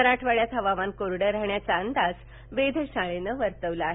मराठवाङ्यात हवामान कोरडं राहण्याचा अंदाज वेधशाळेनं वर्तवला आहे